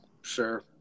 Sure